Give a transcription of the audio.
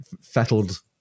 fettled